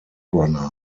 runner